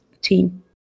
team